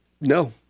no